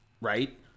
right